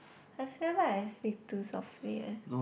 I feel like I speak too softly eh